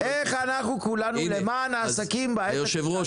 בוא תגיד איך אנחנו כולנו למען העסקים -- היושב-ראש,